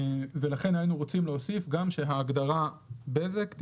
לכן היינו רוצים להוסיף גם שההגדרה "בזק"